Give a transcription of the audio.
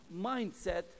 mindset